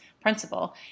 principle